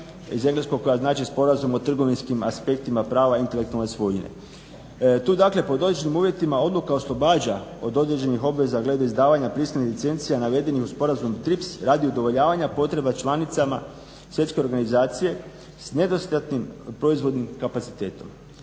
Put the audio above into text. iz engleskog koja znači sporazum o trgovinskim aspektima prava intelektualne …. Tu dakle pod … uvjetima odluka oslobađa od određenih obveza glede izdavanja … licencija navedenih u sporazumu TRIPS radi udovoljavanja potreba članicama svjetske organizacije s nedostatnim proizvodnim kapacitetom.